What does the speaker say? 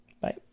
Bye